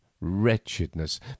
Wretchedness